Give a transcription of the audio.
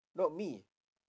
not me